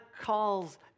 calls